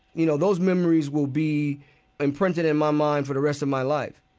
you know, those memories will be imprinted in my mind for the rest of my life.